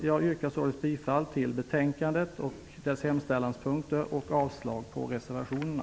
Jag yrkar bifall till hemställan i betänkandet och avslag på reservationerna.